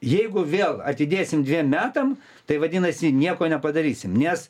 jeigu vėl atidėsim dviem metam tai vadinasi nieko nepadarysim nes